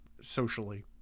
socially